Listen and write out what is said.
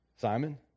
Simon